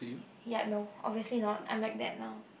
ya no obviously not I'm like that now